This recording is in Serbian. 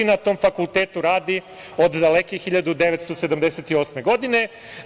Na tom fakultetu radi od daleke 1978. godine.